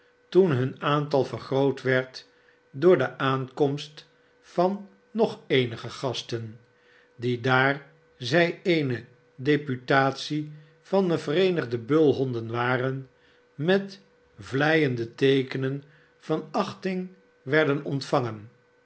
toen hun aantal vergroot werd door de aankomst van nog eenige gasten die daar zij eene deputatie van de vereenigde bulhonden waren met vleiende teekenen van achting werden ontvangen